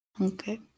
Okay